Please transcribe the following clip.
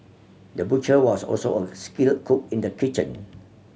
the butcher was also a skilled cook in the kitchen